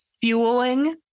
fueling